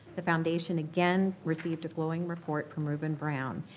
the foundation again received a glowing report from rubinbrown.